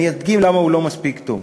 אני אדגים למה הוא לא מספיק טוב.